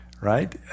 Right